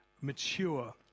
mature